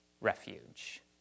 refuge